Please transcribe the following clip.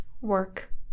work